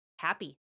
happy